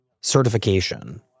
certification